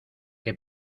qué